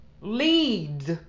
leads